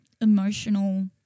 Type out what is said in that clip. emotional